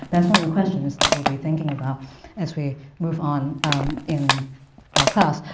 that's one of the questions that we'll be thinking about as we move on in our class.